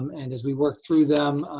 um and as we worked through them,